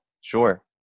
Sure